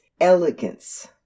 elegance